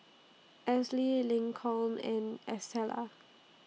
Elzy Lincoln and Estela